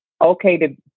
Okay